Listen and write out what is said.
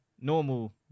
normal